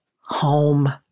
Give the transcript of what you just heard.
home